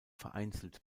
vereinzelt